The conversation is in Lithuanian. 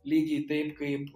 lygiai taip kaip